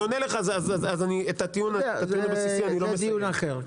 זה דיון אחר.